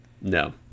No